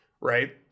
Right